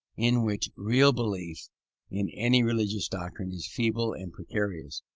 in which real belief in any religious doctrine is feeble and precarious,